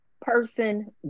person